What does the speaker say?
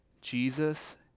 Jesus